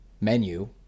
menu